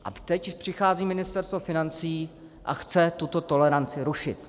A teď přichází Ministerstvo financí a chce tuto toleranci rušit.